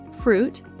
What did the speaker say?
fruit